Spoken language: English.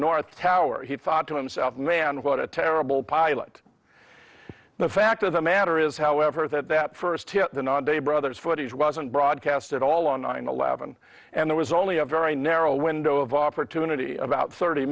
north tower he thought to himself man what a terrible pilot the fact of the matter is however that that first day brothers footage wasn't broadcast at all on nine eleven and there was only a very narrow window of opportunity about thirty